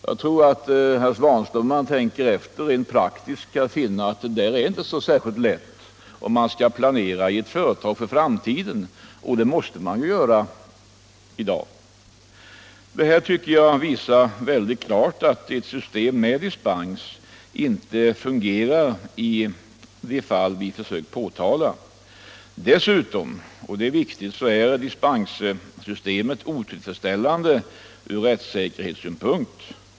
Jag tror att herr Svanström, om han tänker efter, skall finna att det rent praktiskt under sådana förhållanden inte är så lätt att planera för framtiden. Och det är något som man måste göra i dag. Det sagda tycker jag mycket klart visar att ett system med dispens inte fungerar i de fall vi försökt påtala. Dessutom — och det är viktigt — är dispenssystemet otillfredsställande ur rättssäkerhetssynpunkt.